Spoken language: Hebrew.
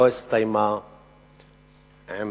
בתחילת דברי ברצוני להדגיש שהמלחמה על עזה לא הסתיימה עם